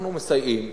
אנחנו מסייעים